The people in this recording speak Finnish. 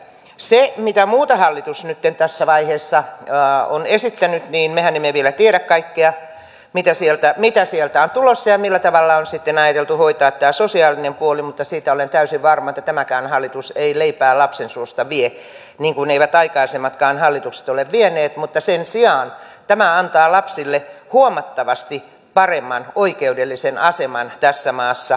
siitä mitä muuta hallitus nytten tässä vaiheessa on esittänyt mehän emme vielä tiedä kaikkea mitä sieltä on tulossa ja millä tavalla on sitten ajateltu hoitaa tämä sosiaalinen puoli mutta siitä olen täysin varma että tämäkään hallitus ei leipää lapsen suusta vie niin kuin eivät aikaisemmatkaan hallitukset ole vieneet mutta sen sijaan tämä antaa lapsille huomattavasti paremman oikeudellisen aseman tässä maassa